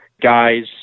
guys